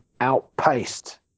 outpaced